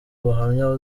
ubuhamya